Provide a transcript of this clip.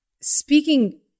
speaking